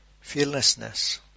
fearlessness